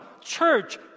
church